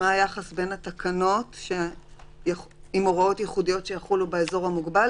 בין התקנות עם הוראות ייחודיות שיחולו באזור המוגבל,